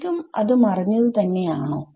ശരിക്കും അത് മറഞ്ഞത് തന്നെയാണോ